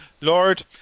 Lord